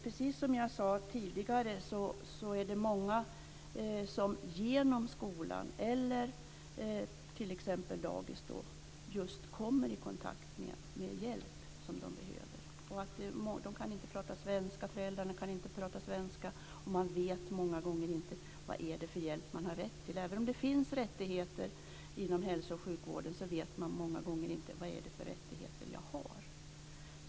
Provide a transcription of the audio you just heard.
Precis som jag sade tidigare, är det många som genom skola eller dagis kommer i kontakt med den hjälp som de behöver. De kan inte prata svenska, och föräldrarna kanske inte pratar svenska, och de vet ofta inte vilken hjälp de har rätt till. Även om det finns rättigheter inom hälso och sjukvården vet de många gånger inte vilka rättigheter de har.